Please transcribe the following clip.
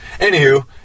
anywho